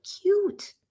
cute